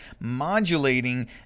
modulating